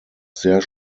sehr